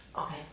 Okay